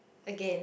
again